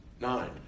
nine